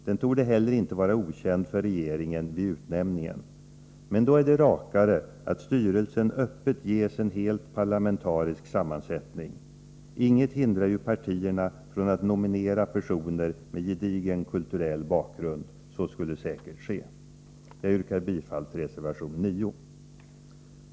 Den torde heller inte vara okänd för regeringen vid utnämningen. Men då är det rakare att styrelsen öppet ges en helt parlamentarisk sammansättning. Inget hindrar ju partierna från att nominera personer med gedigen kulturell bakgrund — så skulle säkert ske. Jag yrkar bifall till reservation 9.